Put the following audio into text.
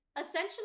Essentially